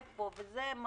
איפה לא